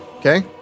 Okay